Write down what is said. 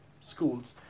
schools